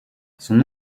son